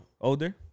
Older